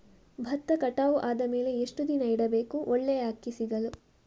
ಭತ್ತ ಕಟಾವು ಆದಮೇಲೆ ಎಷ್ಟು ದಿನ ಇಡಬೇಕು ಒಳ್ಳೆಯ ಅಕ್ಕಿ ಸಿಗಲು?